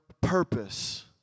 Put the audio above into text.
purpose